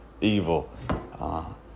evil